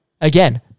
Again